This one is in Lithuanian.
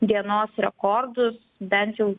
dienos rekordus bent jau